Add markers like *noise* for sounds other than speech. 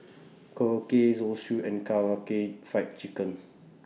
*noise* Korokke Zosui and Karaage Fried Chicken